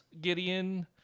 Gideon